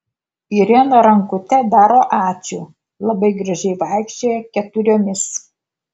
irena rankute daro ačiū labai gražiai vaikščioja keturiomis